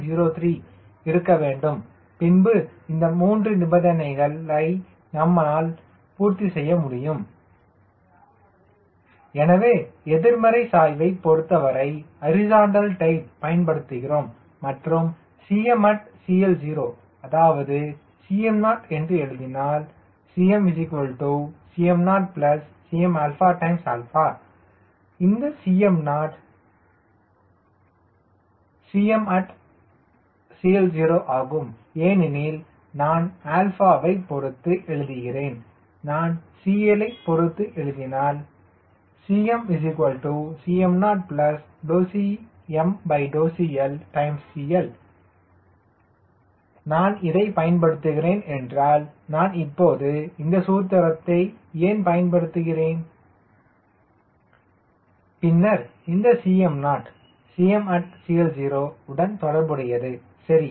03 இருக்க வேண்டும் பின்பு இந்த மூன்று நிபந்தனைகளை நம்மால் பூர்த்தி செய்ய முடியும் எனவே எதிர்மறை சாய்வைப் பொருத்தவரை ஹரிசாண்டல் டைல் பயன்படுத்துகிறோம் மற்றும் at CL0 அதாவது Cmo என்று எழுதினால் Cm Cmo Cm இந்த Cmo at CL0 ஆகும் ஏனெனில் நான் 𝛼 வை பொருத்து எழுதுகிறேன் நான் CL யை பொருத்து எழுதினால் Cm Cmo CmCLCL நான் இதைப் பயன்படுத்துகிறேன் என்றால் நான் இப்போது இந்த சூத்திரத்தைப் ஏன் படுத்துகிறேன் பின்னர் இந்த Cm0 at CL0 உடன் தொடர்புடையது சரி